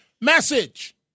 message